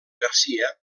garcia